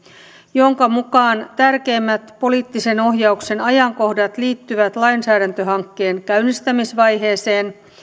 jonka mukaan tärkeimmät poliittisen ohjauksen ajankohdat liittyvät lainsäädäntöhankkeen käynnistämisvaiheeseen